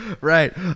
right